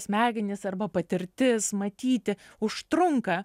smegenys arba patirtis matyti užtrunka